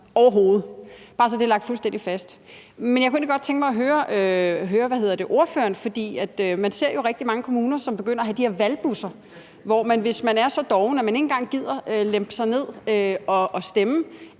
overhovedet. Det er bare, så det er slået fuldstændig fast. Men jeg kunne egentlig godt tænke mig at høre ordføreren om noget, for man ser jo rigtig mange kommuner, som begynder at have de her valgbusser. Hvis man er så doven, at man ikke engang gider at gå ned og stemme,